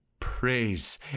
praise